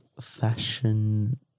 fashion